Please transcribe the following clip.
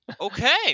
Okay